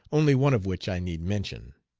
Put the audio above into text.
only one of which i need mention.